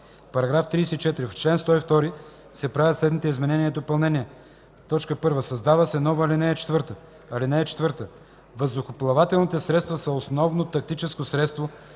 § 34: „§ 34. В чл. 102 се правят следните изменения и допълнения: 1. Създава се нова ал. 4: „(4) Въздухоплавателните средства са основно тактическо средство,